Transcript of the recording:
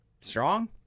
Strong